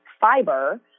fiber